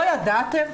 לא ידעתם?